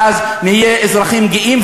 ואז נהיה אזרחים גאים.